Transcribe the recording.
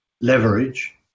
leverage